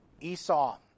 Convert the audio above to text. Esau